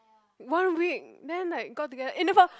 one week then like got together in about